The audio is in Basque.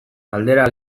galdera